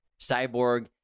Cyborg